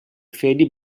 فعلی